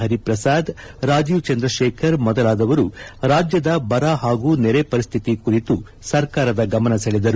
ಹರಿಪ್ರಸಾದ್ ರಾಜೀವ್ ಚಂದ್ರಶೇಖರ್ ಮೊದಲಾದವರು ರಾಜ್ಯದ ಬರ ಹಾಗೂ ನೆರೆ ಪರಿಸ್ಥಿತಿ ಕುರಿತು ಸರ್ಕಾರದ ಗಮನ ಸೆಳೆದರು